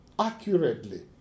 Accurately